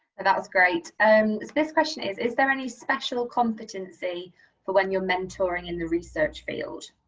and that's great, um this question is is there any special competency for when you're mentoring in the research field?